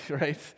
right